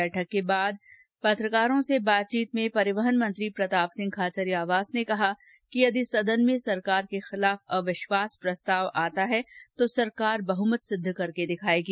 बैठक के कुछ देर बाद पत्रकारों से बातचीत में परिवहन मंत्री प्रताप सिंह खाचरिवास ने कहा कि यदि सदन में सरकार के खिलाफ अविस्वास प्रस्ताव आता है तो सरकार बहुमत सिद्द करके दिखायेगी